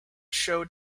showed